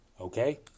Okay